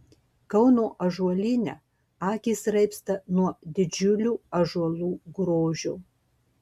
kauno ąžuolyne akys raibsta nuo didžiulių ąžuolų grožio